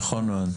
נכון מאוד.